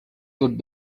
would